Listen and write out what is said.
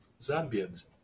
Zambians